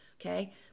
okay